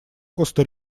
коста